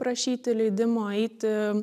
prašyti leidimo eiti